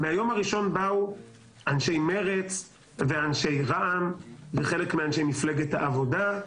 באו אנשי מרצ, אנשי רע"מ וחלק מאנשי מפלגת העבודה,